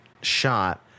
shot